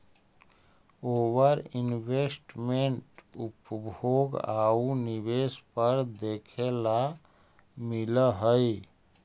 ओवर investment उपभोग आउ निवेश पर देखे ला मिलऽ हई